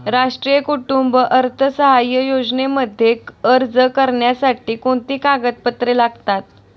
राष्ट्रीय कुटुंब अर्थसहाय्य योजनेमध्ये अर्ज करण्यासाठी कोणती कागदपत्रे लागतात?